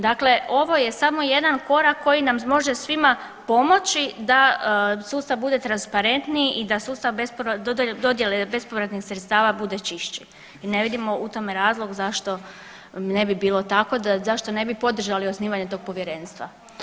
Dakle, ovo je samo jedan korak koji nam može svima pomoći da sustav bude transparentniji i da sustav dodjele bespovratnih sredstava bude čišći i ne vidimo u tome razlog zašto ne bi bilo tako, zašto ne bi podržali osnivanje tog povjerenstva.